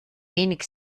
wenig